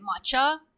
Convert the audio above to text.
matcha